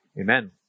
Amen